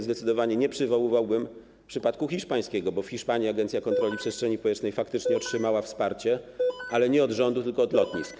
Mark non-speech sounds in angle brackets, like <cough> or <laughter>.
Zdecydowanie nie przywoływałbym przypadku hiszpańskiego, bo w Hiszpanii agencja kontroli przestrzeni powietrznej faktycznie <noise> otrzymała wsparcie, ale nie od rządu, tylko od lotnisk.